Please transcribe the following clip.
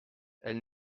elle